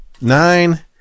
nine